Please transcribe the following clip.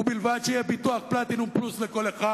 ובלבד שיהיה ביטוח "פלטינום פלוס" לכל אחד.